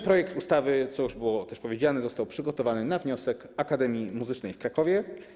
Projekt ustawy, co już było powiedziane, został przygotowany na wniosek Akademii Muzycznej w Krakowie.